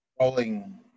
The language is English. Rolling